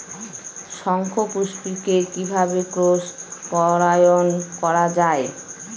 শঙ্খপুষ্পী কে কিভাবে ক্রস পরাগায়ন করা যায়?